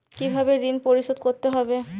কিভাবে ঋণ পরিশোধ করতে হবে?